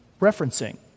referencing